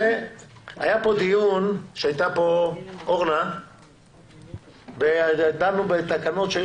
היה פה דיון כשהייתה פה אורנה ודנו בתקנות שהיו